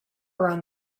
around